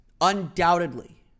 undoubtedly